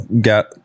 Got